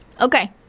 Okay